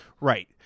Right